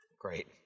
Great